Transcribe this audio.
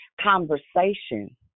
conversation